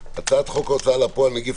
הנושא: הצעת חוק ההוצאה לפועל (נגיף